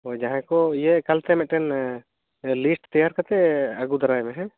ᱦᱳᱭ ᱡᱟᱦᱟᱭ ᱠᱚ ᱤᱭᱟᱹ ᱮᱠᱟᱱ ᱛᱮ ᱢᱤᱫᱴᱮᱱ ᱞᱤᱥᱴ ᱛᱮᱭᱟᱨ ᱠᱟᱛᱮ ᱟᱹᱜᱩᱫᱟᱨᱟᱭ ᱢᱮ ᱦᱮᱸ